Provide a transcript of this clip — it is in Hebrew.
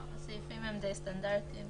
הסעיפים הם די סטנדרטים